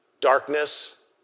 darkness